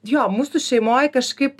jo mūsų šeimoj kažkaip